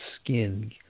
skin